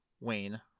Wayne